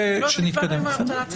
להציע הצעה בעניין הזה.